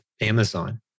Amazon